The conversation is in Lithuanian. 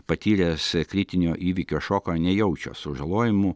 patyręs kritinio įvykio šoką nejaučia sužalojimų